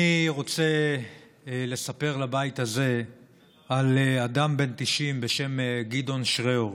אני רוצה לספר לבית הזה על אדם בן 90 בשם גדעון שריאור,